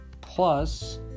Plus